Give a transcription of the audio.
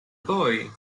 boy